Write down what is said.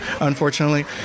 unfortunately